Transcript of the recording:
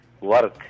work